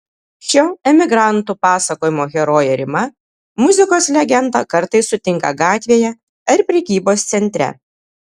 šio emigrantų pasakojimo herojė rima muzikos legendą kartais sutinka gatvėje ar prekybos centre